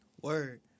word